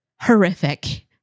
horrific